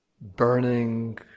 burning